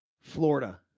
Florida